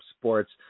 sports